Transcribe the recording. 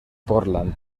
portland